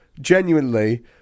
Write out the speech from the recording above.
genuinely